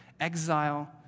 exile